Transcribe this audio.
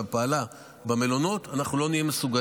שפעלה עד עכשיו, במלונות, אנחנו לא נהיה מסוגלים.